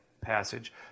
passage